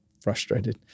frustrated